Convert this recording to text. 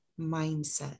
mindset